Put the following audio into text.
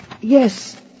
Yes